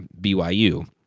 BYU